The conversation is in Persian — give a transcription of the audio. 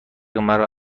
مرا